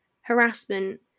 harassment